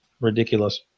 ridiculous